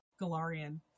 Galarian